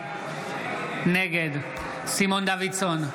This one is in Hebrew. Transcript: נגד סימון דוידסון,